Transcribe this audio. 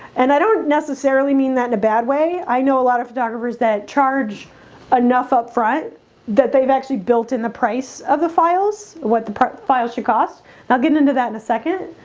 and i don't necessarily mean that in a bad way i know a lot of photographers that charge enough upfront that they've actually built in the price of the files what the files should cost now getting into that in a second